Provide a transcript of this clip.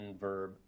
verb